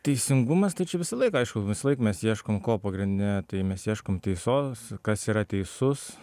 teisingumas tai čia visąlaik aišku visąlaik mes ieškom ko pagrinde tai mes ieškom teisos kas yra teisus